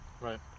right